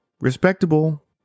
respectable